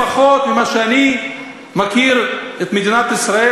לפחות ממה שאני מכיר את מדינת ישראל,